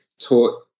taught